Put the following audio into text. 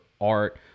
art